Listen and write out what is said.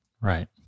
Right